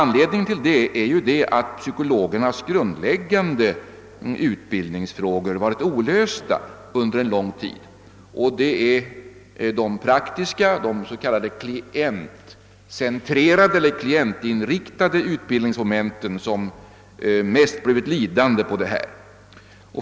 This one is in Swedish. Anledningen till detta är att psykologernas grundläggande utbildningsfrågor varit olösta under en lång tid. Det är de praktiska, de s.k. klientcentrerade eller klientinriktade utbildningsmomenten som mest blivit lidande härpå.